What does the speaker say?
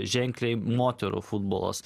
ženkliai moterų futbolas